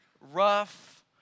rough